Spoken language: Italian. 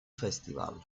festival